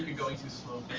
going too slow.